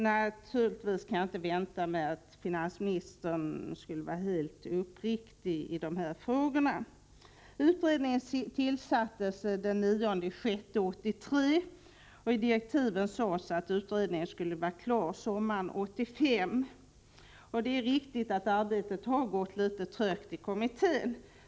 Naturligtvis kan jag inte vänta mig att finansministern skulle vara helt uppriktig i dessa frågor. Utredningen tillsattes den 9 juni 1983. I direktiven sades att utredningen skulle vara klar sommaren 1985. Det är riktigt att arbetet gått litet trögt i kommittén.